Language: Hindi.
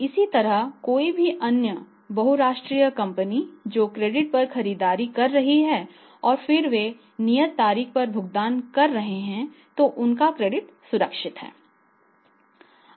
इसी तरह कोई भी अन्य बहुराष्ट्रीय कंपनी जो क्रेडिट पर खरीदारी कर रही है और फिर वे नियत तारीख पर भुगतान कर रहे हैं तो उनका क्रेडिट सुरक्षित रहता है